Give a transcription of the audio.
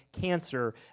cancer